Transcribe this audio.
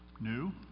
new